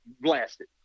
blasted